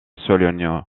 sologne